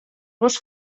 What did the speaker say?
gos